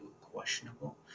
questionable